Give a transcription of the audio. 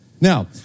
Now